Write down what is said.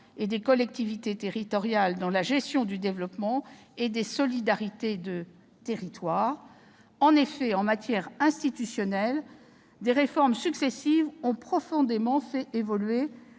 et des collectivités territoriales dans la gestion du développement et des solidarités. Il est vrai qu'en matière institutionnelle, plusieurs réformes successives ont profondément fait évoluer